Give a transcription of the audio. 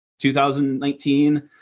2019